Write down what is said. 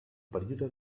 període